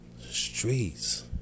streets